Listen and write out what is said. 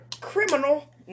criminal